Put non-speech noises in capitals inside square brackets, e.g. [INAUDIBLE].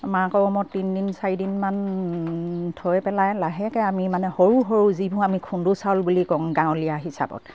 [UNINTELLIGIBLE] গৰমত তিনদিন চাৰিদিনমান থৈ পেলাই লাহেকে আমি মানে সৰু সৰু যিবোৰ আমি খুন্দো চাউল বুলি কওঁ গাঁৱলীয়া হিচাপত